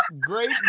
Great